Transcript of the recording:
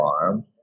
farm